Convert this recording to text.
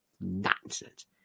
nonsense